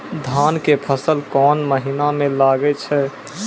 धान के फसल कोन महिना म लागे छै?